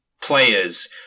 players